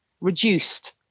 reduced